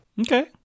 okay